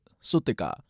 Sutika